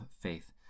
faith